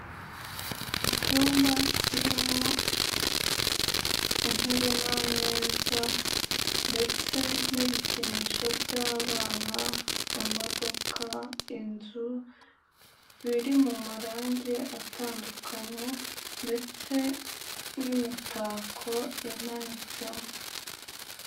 Icyumba kirimo intebe n'ameza ndetse n'ibikinisho by'abana, imodoka, inzu biri mu marange atandukanye ndetse n'imitako imanitsemo.